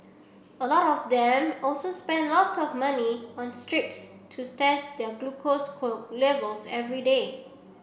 a lot of them also spend lots of money on strips to test their glucose levels every day